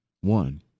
One